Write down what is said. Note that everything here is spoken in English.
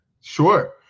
Sure